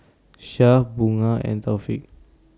Syah Bunga and Taufik